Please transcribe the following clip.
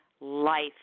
life